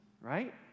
right